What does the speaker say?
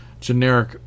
generic